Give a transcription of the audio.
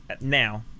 now